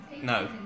No